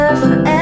forever